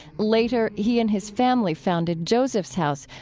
later, he and his family founded joseph's house,